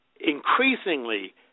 increasingly